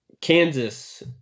Kansas